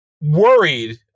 worried